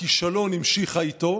הכישלון המשיכה איתו,